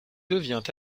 devient